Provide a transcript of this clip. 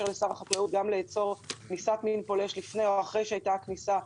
שמאפשר לשר החקלאות לעצור כניסת מין פולש לפני או אחרי שהייתה הפלישה.